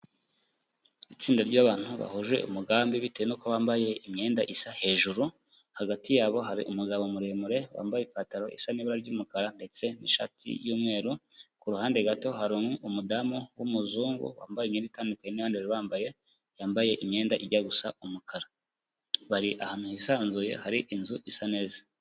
Itsinda ry'abantu bahuje umugambi bitewe nuko bambaye imyenda isa hejuru, hagati yabo hari umugabo muremure wambaye ipantaro isa n'ibara ry'umukara ndetse n'ishati y'umweru, ku ruhande gato hari umudamu w'umuzungu wambaye imyenda itandukanye n'iyo bandi bari bambaye, yambaye imyenda ijya gusa umukara, bari ahantu hisanzuye hari inzu isa neza.